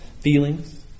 feelings